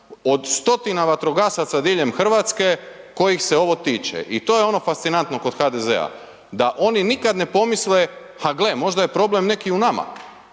od stotina vatrogasaca diljem RH kojih se ovo tiče i to je ono fascinantno kod HDZ-a da oni nikad ne pomisle ha gle možda je problem neki u nama,